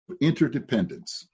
Interdependence